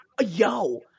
yo